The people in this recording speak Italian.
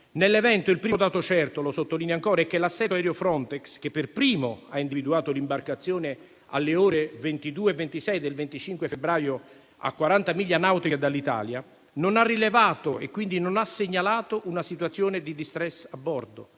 Nell'evento il primo dato certo - lo sottolineo ancora - è che l'assetto aereo Frontex, che per primo ha individuato l'imbarcazione alle ore 22,26 del 25 febbraio, a 40 miglia nautiche dall'Italia, non ha rilevato e quindi non ha segnalato una situazione di *distress* a bordo,